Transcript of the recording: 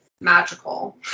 magical